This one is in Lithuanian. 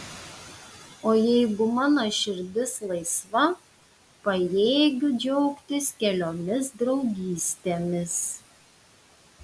o jeigu mano širdis laisva pajėgiu džiaugtis keliomis draugystėmis